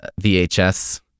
VHS